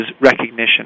recognition